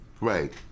right